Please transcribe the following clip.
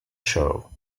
show